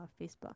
Facebook